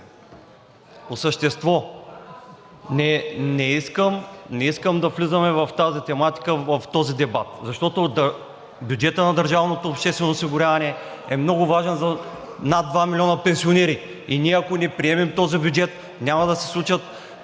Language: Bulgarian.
По същество. Не искам да влизаме в тази тематика в този дебат, защото бюджетът на държавното обществено осигуряване е много важен за над 2 милиона пенсионери и ние, ако не приемем този бюджет, тези хора няма